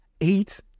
Eight